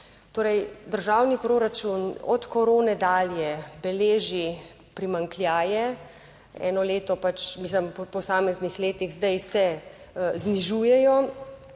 državni proračun od korone dalje beleži primanjkljaje, eno leto, mislim po posameznih letih, zdaj se znižujejo,